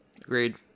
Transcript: agreed